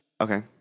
Okay